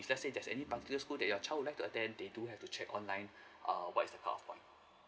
if let's say there's any particular school that your child would like to attend they do have to check online err what is the cut off points